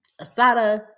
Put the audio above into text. asada